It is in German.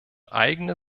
eigene